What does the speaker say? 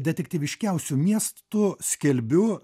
detektyviškiausiu miestu skelbiu